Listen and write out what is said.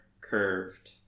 curved